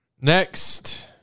Next